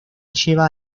lleva